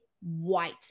White